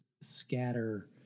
scatter